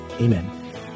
Amen